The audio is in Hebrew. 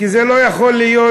כי זה לא יכול להיות